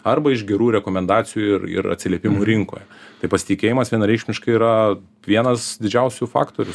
arba iš gerų rekomendacijų ir ir atsiliepimų rinkoje tai pasitikėjimas vienareikšmiškai yra vienas didžiausių faktorių